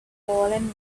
fallen